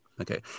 Okay